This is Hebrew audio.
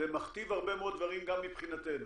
זה מכתיב הרבה דברים גם מבחינתנו.